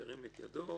ירים את ידו.